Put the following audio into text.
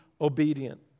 obedient